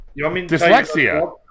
Dyslexia